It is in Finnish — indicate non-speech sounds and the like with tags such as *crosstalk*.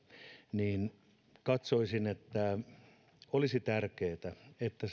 niin katsoisin että olisi tärkeätä että *unintelligible*